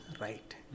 right